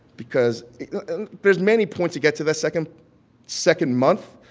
because there's many points to get to that second second month.